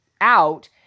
out